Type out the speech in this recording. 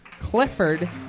Clifford